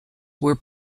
were